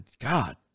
God